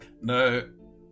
No